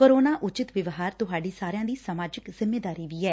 corona ਉਚਿਤ ਵਿਵਹਾਰ ਤੁਹਾਡੀ ਸਮਾਜਿਕ ਜਿੰਮੇਵਾਰੀ ਵੀ ਐ